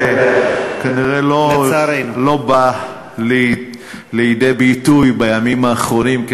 זה כנראה לא בא לידי ביטוי בימים האחרונים.